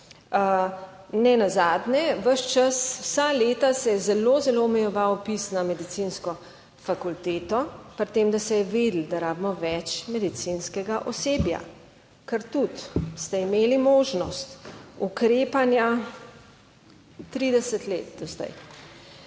Nenazadnje ves čas, vsa leta se je zelo, zelo omejeval vpis na medicinsko fakulteto, pri tem, da se je vedelo, da rabimo več medicinskega osebja. Ker tudi ste imeli možnost ukrepanja trideset let